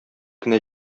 кенә